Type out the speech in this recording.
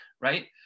right